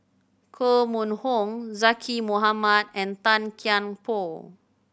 Koh Mun Hong Zaqy Mohamad and Tan Kian Por